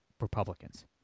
Republicans